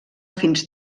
fins